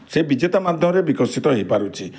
ସେ ବିଜେତା ମାଧ୍ୟମରେ ବିକଶିତ ହେଇ ପାରୁଛି